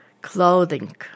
clothing